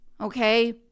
okay